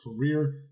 career